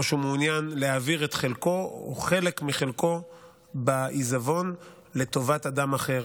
שהוא מעוניין להעביר את חלקו או חלק מחלקו בעיזבון לטובת אדם אחר.